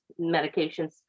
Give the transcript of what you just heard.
medications